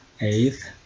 eighth